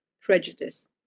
prejudice